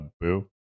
Boo